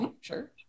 Sure